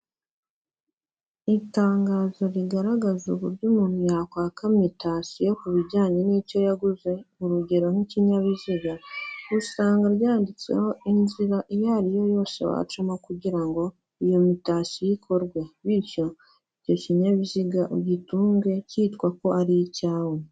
Itangazo rigaragaza uburyo umuntu yakwaka mitasiyo ku bijyanye n'icyo yaguze, urugero nk'ikinyabiziga. Usanga ryanditsweho inzira iyo ari yo yose wacamo kugira ngo iyo mitasiyo ikorwe. Biityo, icyo kinyabiziga ugitunge cyitwa ko ari icyawe.